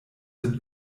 sind